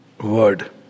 word